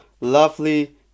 lovely